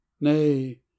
Nay